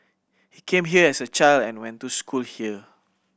he came here as a child and went to school here